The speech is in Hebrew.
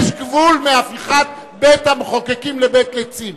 יש גבול להפיכת בית-המחוקקים לבית לצים.